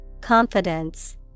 Confidence